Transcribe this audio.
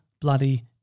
bloody